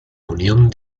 unión